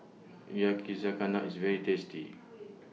Yakizakana IS very tasty